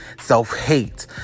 self-hate